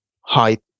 height